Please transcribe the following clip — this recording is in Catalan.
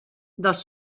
dels